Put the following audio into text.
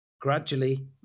Gradually